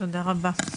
תודה רבה.